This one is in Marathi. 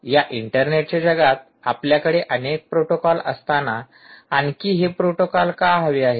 या इंटरनेटच्या जगात आपल्याकडे अनेक प्रोटोकॉल असताना आणखी हे प्रॉटोकॉलका हवे आहेत